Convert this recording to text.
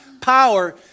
power